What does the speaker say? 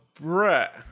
Brett